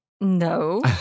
No